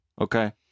Okay